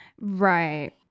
right